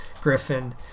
Griffin